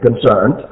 concerned